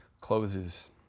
closes